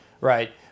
Right